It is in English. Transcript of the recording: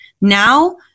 Now